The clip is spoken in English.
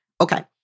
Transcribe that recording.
Okay